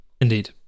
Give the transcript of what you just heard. Indeed